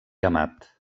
amat